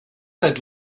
that